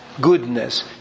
goodness